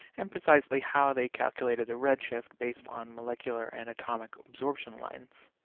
and precisely how they calculated the redshift, based on molecular and atomic absorption lines.